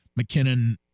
McKinnon